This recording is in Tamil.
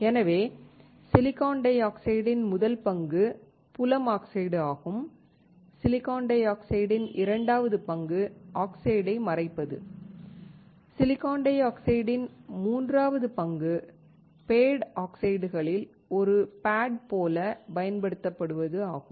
எனவே சிலிக்கான் டை ஆக்சைடின் முதல் பங்கு புலம் ஆக்சைடு ஆகும் சிலிக்கான் டை ஆக்சைட்டின் இரண்டாவது பங்கு ஆக்ஸைடை மறைப்பது சிலிக்கான் டை ஆக்சைட்டின் மூன்றாவது பங்கு பேட் ஆக்சைடுகளில் ஒரு பேட் போல பயன்படுத்தப்படுவது ஆகும்